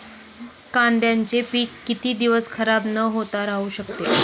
कांद्याचे पीक किती दिवस खराब न होता राहू शकते?